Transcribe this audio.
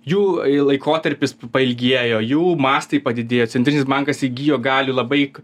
jų laikotarpis pailgėjo jų mastai padidėjo centrinis bankas įgijo galių labai